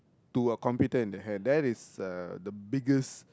to a computer in the hand that is uh the biggest